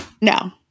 No